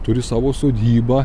turi savo sodybą